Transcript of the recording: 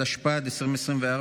התשפ"ד 2024,